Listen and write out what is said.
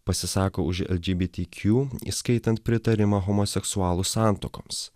pasisako už eldžibitykių įskaitant pritarimą homoseksualų santuokoms